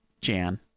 Jan